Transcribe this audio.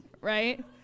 Right